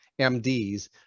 mds